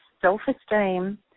self-esteem